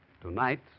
Tonight